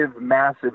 massive